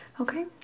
Okay